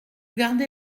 gardez